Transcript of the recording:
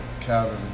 cabin